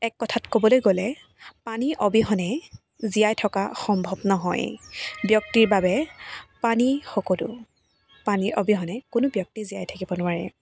এক কথাত ক'বলৈ গ'লে পানীৰ অবিহনে জীয়াই থকা সম্ভৱ নহয় ব্যক্তিৰ বাবে পানী সকলো পানীৰ অবিহনে কোনো ব্যক্তি জীয়াই থাকিব নোৱাৰে